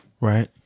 right